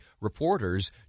reporters